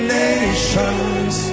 nations